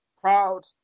Proud